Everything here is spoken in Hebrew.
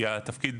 כי התפקיד